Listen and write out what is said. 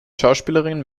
schauspielerin